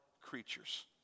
creatures